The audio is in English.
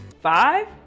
Five